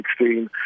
2016